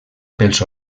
pels